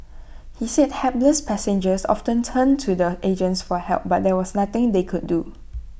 he said hapless passengers often turned to the agents for help but there was nothing they could do